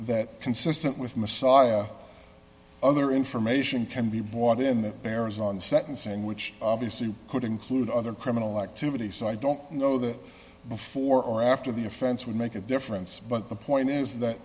that consistent with massage other information can be bought in the arizona sentencing which obviously could include other criminal activity so i don't know that before or after the offense would make a difference but the point is that